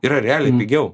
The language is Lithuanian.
yra realiai pigiau